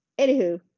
anywho